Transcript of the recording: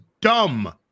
dumb